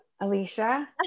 Alicia